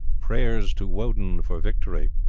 prayers to woden for victory.